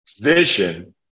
vision